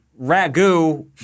ragu